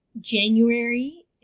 January